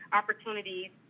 opportunities